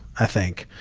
i think.